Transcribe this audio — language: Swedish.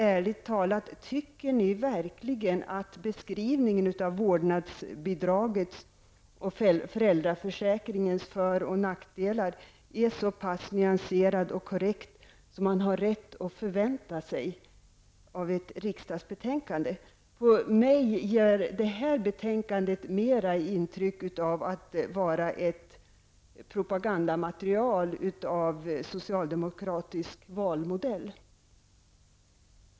Ärligt talat, tycker ni verkligen att beskrivningen av vårdnadsbidragets och föräldraförsäkringens föroch nackdelar är så pass nyanserad och korrekt som man har rätt att förvänta sig av ett riksdagsbetänkande? För mig ger det här betänkandet mera intryck av att vara propagandamaterial av socialdemokratisk valmodell.